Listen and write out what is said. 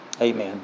Amen